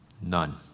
None